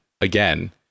again